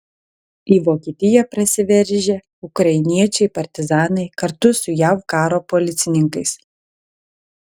į vokietiją prasiveržę ukrainiečiai partizanai kartu su jav karo policininkais